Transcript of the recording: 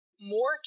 more